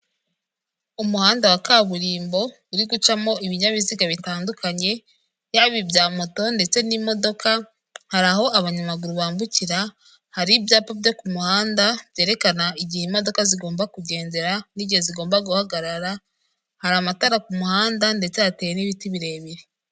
Umuhanda wa kaburimbo uri gucamo ibinyabiziga bitandukanye yaba ibya moto ndetse n'imodoka hari aho abanyamaguru bambukira, hari ibyapa byo ku muhanda byerekana igihe imodoka zigomba kugendera n'igihe zigomba guhagarara, hari amatara ku muhanda ndetse hateye n'ibiti birebire.